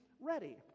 ready